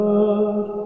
Lord